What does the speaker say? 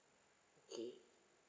okay